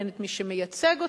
אין מי שמייצג אותו.